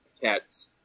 cats